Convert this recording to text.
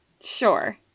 Sure